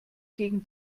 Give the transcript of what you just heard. gegen